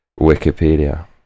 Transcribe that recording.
wikipedia